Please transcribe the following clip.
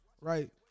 right